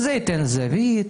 זה ייתן זווית,